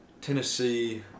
Tennessee –